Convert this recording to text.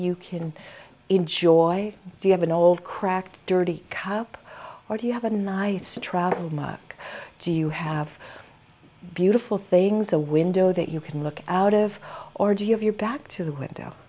you can enjoy do you have an old cracked dirty cup or do you have a nice to try out and mark do you have beautiful things a window that you can look out of or do you have your back to the window